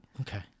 Okay